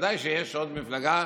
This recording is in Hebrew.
בוודאי שיש עוד מפלגה,